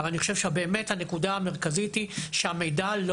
אני חושב שהנקודה המרכזית היא שהמידע לא